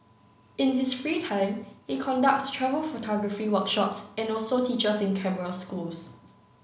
in his free time he conducts travel photography workshops and also teaches in camera schools